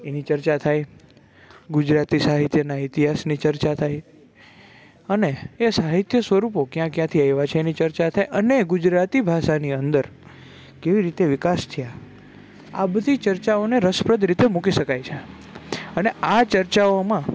એની ચર્ચા થાય ગુજરાતી સાહિત્યના ઇતિહાસની ચર્ચા થાય અને એ સાહિત્યોનાં સ્વરૂપો ક્યાં ક્યાંથી આવ્યાં છે એની ચર્ચા થાય અને ગુજરાતી ભાષાની અંદર કેવી રીતે વિકાસ થાય આ બધી ચર્ચાઓને રસપ્રદ રીતે મૂકી શકાય છે અને આ ચર્ચાઓમાં